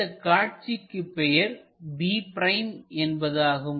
இந்த காட்சிக்கு பெயர் b' என்பதாகும்